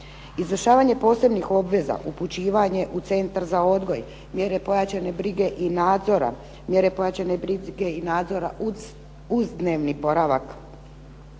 Izvršavanje posebnih obveza, upućivanje u Centar za odgoj, mjere pojačane brige i nadzora uz dnevni boravak